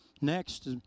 Next